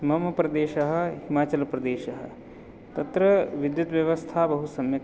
मम प्रदेशः हिमाचलप्रदेशः तत्र विद्युत् व्यवस्था बहुसम्यक्